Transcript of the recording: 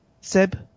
Seb